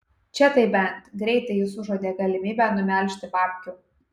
čia tai bent greitai jis užuodė galimybę numelžti babkių